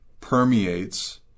permeates